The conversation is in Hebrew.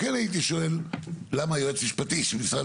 פה כן הייתי שואל למה יועץ משפטי של משרד